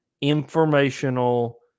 informational